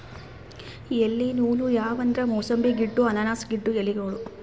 ಎಲಿ ನೂಲ್ ಯಾವ್ ಅಂದ್ರ ಮೂಸಂಬಿ ಗಿಡ್ಡು ಅನಾನಸ್ ಗಿಡ್ಡು ಎಲಿಗೋಳು